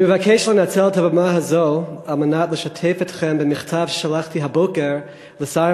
אני מבקש לנצל את הבמה הזאת על מנת לשתף אתכם במכתב ששלחתי הבוקר לשר